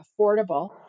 affordable